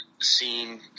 seen